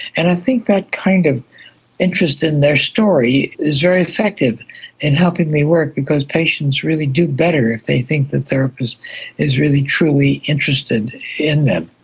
and i think that kind of interest in their story is very effective in helping me work because patients really do better if they think the therapist is really truly interested in them.